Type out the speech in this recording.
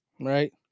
Right